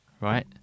right